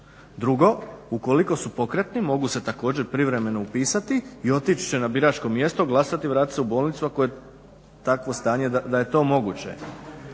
Drugo, ukoliko su pokretni mogu se također privremeno upisati i otići će na biračko mjesto, glasati i vratiti se u bolnicu ako je takvo stanje da je to moguće.